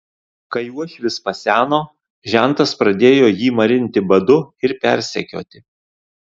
kai uošvis paseno žentas pradėjo jį marinti badu ir persekioti